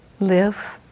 live